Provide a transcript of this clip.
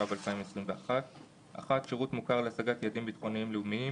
התשפ"ב 2021 שירות מוכר להשגת יעדים ביטחוניים- לאומיים